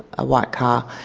a white car.